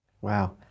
Wow